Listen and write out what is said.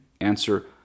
Answer